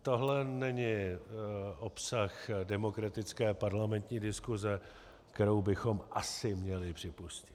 Tohle není obsah demokratické a parlamentní diskuse, kterou bychom asi měli připustit.